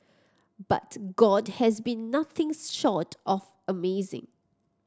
but God has been nothing short of amazing